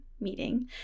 meeting